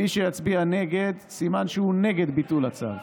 מי שיצביע נגד, סימן שהוא נגד ביטול הצו.